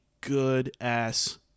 good-ass